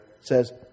says